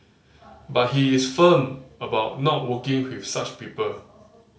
but he is firm about not working with such people